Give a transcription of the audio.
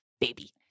baby